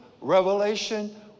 revelation